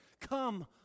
come